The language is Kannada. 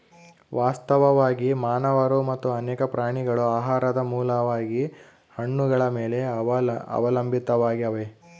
ವಾಸ್ತವವಾಗಿ ಮಾನವರು ಮತ್ತು ಅನೇಕ ಪ್ರಾಣಿಗಳು ಆಹಾರದ ಮೂಲವಾಗಿ ಹಣ್ಣುಗಳ ಮೇಲೆ ಅವಲಂಬಿತಾವಾಗ್ಯಾವ